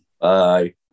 bye